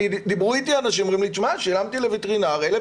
דיברו אתי אנשים ואמרו לי ששילמו לווטרינר 1,000